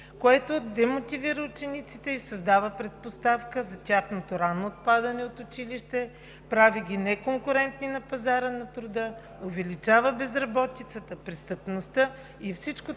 което демотивира учениците и създава предпоставка за тяхното ранно отпадане от училище, прави ги неконкурентни на пазара на труда, увеличава безработицата, престъпността. Всичко това